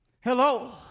Hello